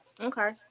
okay